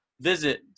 visit